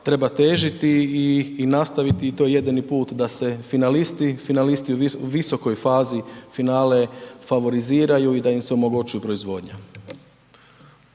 treba težiti i, i nastaviti i to je jedini put da se finalisti, finalisti u visokoj fazi finale favoriziraju i da im se omogućuje proizvodnja.